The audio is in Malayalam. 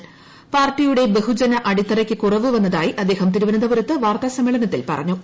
സെക്രട്ടറി പാർട്ടിയുടെ ബഹുജന അടിത്തറയ്ക്ക് കുറവ് വന്നതായി അദ്ദേഹം തിരുവനന്തപുരത്ത് വാർത്താ സമ്മേളനത്തിൽ പറഞ്ഞു